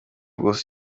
bwose